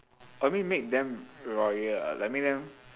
oh mean make them royal ah like make them